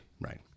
Right